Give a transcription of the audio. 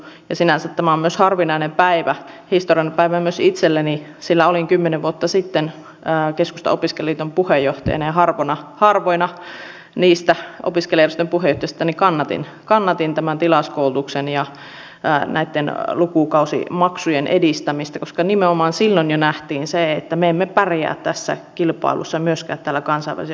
sinänsä tämä on myös harvinainen päivä historiallinen päivä myös itselleni sillä olin kymmenen vuotta sitten keskustan opiskelijaliiton puheenjohtajana ja harvoina niistä opiskelijajärjestöjen puheenjohtajista kannatin tämän tilauskoulutuksen ja näitten lukukausimaksujen edistämistä koska nimenomaan jo silloin nähtiin se että me emme pärjää tässä kilpailussa myöskään kansainvälisten opiskelijoitten puolella